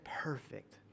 perfect